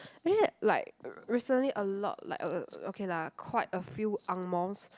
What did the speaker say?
like recently a lot like uh okay lah quite a few angmohs